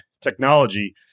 technology